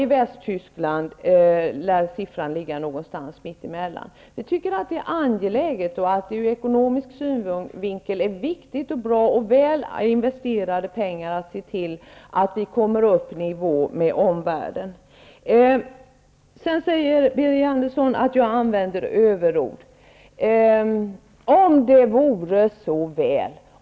I Västtyskland lär siffran ligga någonstans mitt emellan. Vi tycker att det är angeläget och ur ekonomisk synvinkel viktigt och bra och väl investerade pengar att se till att vi kommer upp i nivå med omvärlden. Sedan säger Birger Andersson att jag använder överord. Om det vore så väl!